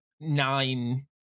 nine